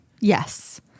Yes